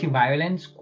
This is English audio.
violence